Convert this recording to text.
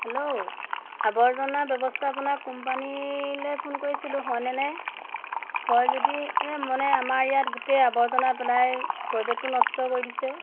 hello আৱৰ্জনাৰ ব্যৱস্থাপনা কোম্পানীলৈ ফোন কৰিছিলোঁ হয়নে হয় যদি এই মানে আমাৰ ইয়াত গোটেই আৱৰ্জনা পেলাই পৰিৱেশটো নষ্ট কৰি দিছে